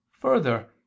Further